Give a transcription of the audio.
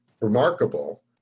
remarkable